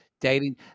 dating